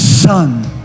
Son